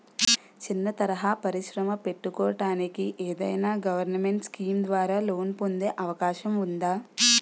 చిన్న తరహా పరిశ్రమ పెట్టుకోటానికి ఏదైనా గవర్నమెంట్ స్కీం ద్వారా లోన్ పొందే అవకాశం ఉందా?